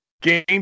Game